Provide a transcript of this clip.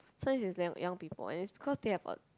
sometimes it's young young people and it's because they have a